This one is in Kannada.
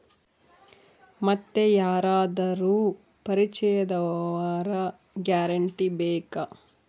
ಮತ್ತೆ ಯಾರಾದರೂ ಪರಿಚಯದವರ ಗ್ಯಾರಂಟಿ ಬೇಕಾ?